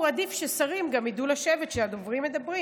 עדיף ששרים גם ידעו לשבת כשהדוברים מדברים,